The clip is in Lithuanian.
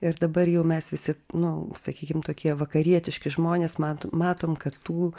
ir dabar jau mes visi nu sakykim tokie vakarietiški žmonės mato matom kad tų